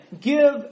give